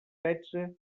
setze